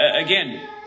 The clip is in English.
again